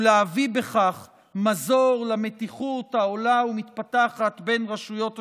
ולהביא בכך מזור למתיחות העולה ומתפתחת בין רשויות השלטון.